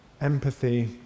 empathy